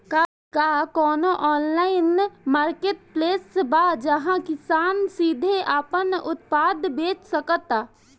का कोनो online marketplace बा जहां किसान सीधे अपन उत्पाद बेच सकता?